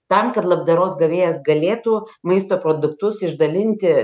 tam kad labdaros gavėjas galėtų maisto produktus išdalinti